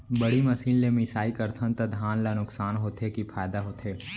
बड़ी मशीन ले मिसाई करथन त धान ल नुकसान होथे की फायदा होथे?